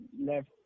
left